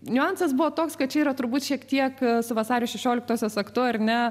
niuansas buvo toks kad čia yra turbūt šiek tiek vasario šešioliktosios aktu ar ne